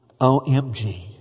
OMG